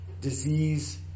disease